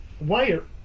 wire